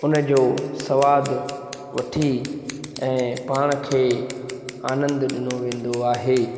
हुनजो सवादु वठी ऐं पाण खे आंनदु ॾिनो वेंदो आहे